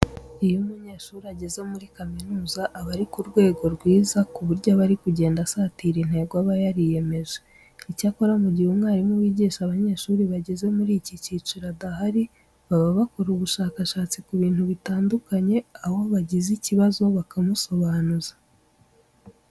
Iyo umunyeshuri ageze muri kaminuza, aba ari ku rwego rwiza ku buryo aba ari kugenda asatira intego aba yariyemeje. Icyakora mu gihe umwarimu wigisha abanyeshuri bageze muri iki cyiciro adahari, baba bakora ubushakashatsi ku bintu bitandukanye aho bagize ikibazo bakamusobanuza.